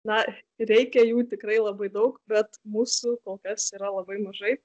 na reikia jų tikrai labai daug bet mūsų kol kas yra labai mažai